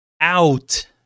out